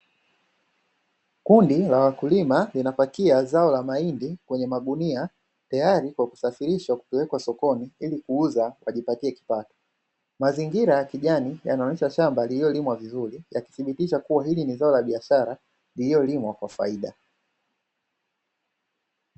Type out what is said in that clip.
Kundi la wakulima linapakia zao la mahindi kwenye magunia, tayari kwa kusafirishwa kupelewa sokoni ili kuuza waipatie kipato. Mazingira ya kijani yanaonyesha shamba lililolimwa vizuri, yakithibitisha kuwa hili ni zao la biashara lililolimwa kwa faida.